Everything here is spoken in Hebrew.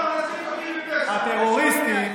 הטרוריסטים,